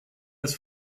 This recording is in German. als